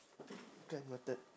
can noted